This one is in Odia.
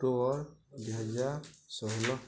ଅକ୍ଟୋବର ଦୁଇହଜାର ଷୋହଳ